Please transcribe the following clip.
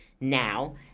now